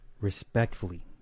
Respectfully